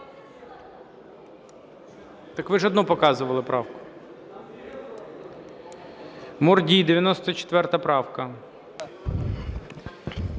Так ви ж одну показували правку. Мурдій, 94 правка.